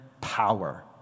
power